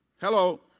Hello